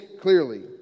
clearly